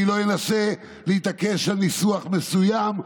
אני לא אנסה להתעקש על ניסוח מסוים.